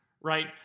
right